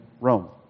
Rome